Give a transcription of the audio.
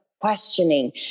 questioning